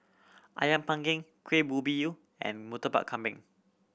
Ayam Panggang Kuih Ubi Yu and Murtabak Kambing